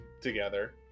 together